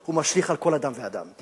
הוא משליך על כל אדם ואדם.